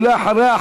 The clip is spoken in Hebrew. ואחריה,